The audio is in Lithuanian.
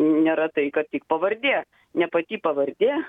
nėra tai kad tik pavardė ne pati pavardė